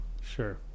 Sure